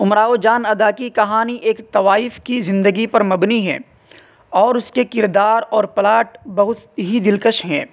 امراؤ جان ادا کی کہانی ایک طوائف کی زندگی پر مبنی ہے اور اس کے کردار اور پلاٹ بہت ہی دلکش ہیں